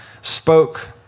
spoke